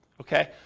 Okay